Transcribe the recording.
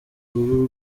uruhu